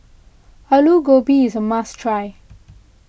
Alu Gobi is a must try